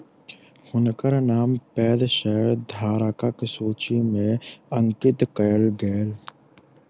हुनकर नाम पैघ शेयरधारकक सूचि में अंकित कयल गेल